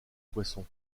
poissons